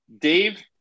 Dave